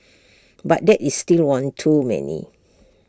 but that is still one too many